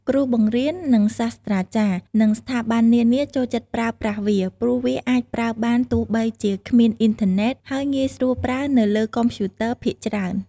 គ្រូបង្រៀន និងសាស្ត្រាចារ្យ និងស្ថាប័ននានាចូលចិត្តប្រើប្រាស់វា ព្រោះវាអាចប្រើបានទោះបីជាគ្មានអ៊ីនធឺណេត ហើយងាយស្រួលប្រើនៅលើកុំព្យូទ័រភាគច្រើន។